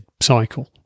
cycle